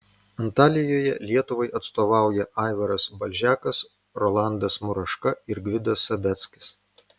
antalijoje lietuvai atstovauja aivaras balžekas rolandas muraška ir gvidas sabeckis